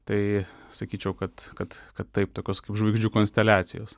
tai sakyčiau kad kad kad taip tokios kaip žvaigždžių konsteliacijos